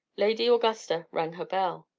lady augusta rang her bell.